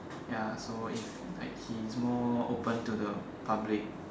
ya so if like he's more open to the public